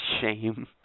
shame